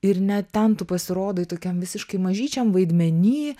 ir net ten tu pasirodai tokiam visiškai mažyčiam vaidmeny